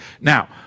Now